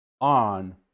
on